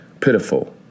pitiful